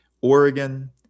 Oregon